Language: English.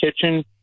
kitchen